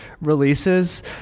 releases